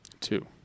Two